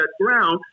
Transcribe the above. ground